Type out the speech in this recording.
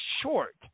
short